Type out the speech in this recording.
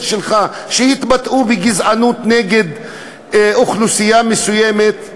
שלך שהתבטאו בגזענות נגד אוכלוסייה מסוימת,